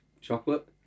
chocolate